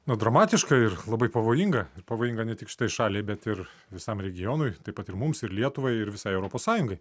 na dramatiška ir labai pavojinga ir pavojinga ne tik šitai šaliai bet ir visam regionui taip pat ir mums ir lietuvai ir visai europos sąjungai